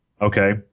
Okay